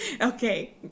Okay